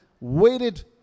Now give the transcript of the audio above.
waited